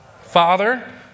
Father